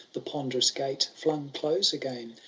the ponderous gate flung close again.